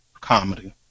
comedy